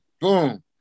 boom